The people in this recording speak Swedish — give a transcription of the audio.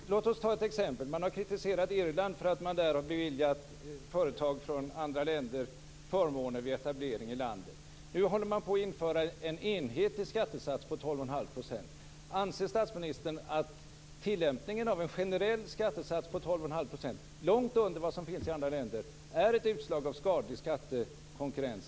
Låt oss ta ett exempel. Man har kritiserat Irland för att man där har beviljat företag från andra länder förmåner vid etablering i landet. Nu håller man på att införa en enhetlig skattesats på 12,5 %. Anser statsministern att tillämpningen av en generell skattesats på 12,5 %, långt under vad som finns i andra länder, är ett utslag av skadlig skattekonkurrens?